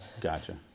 gotcha